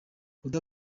oda